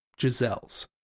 giselles